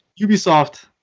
ubisoft